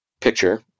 picture